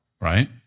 right